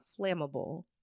flammable